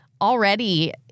Already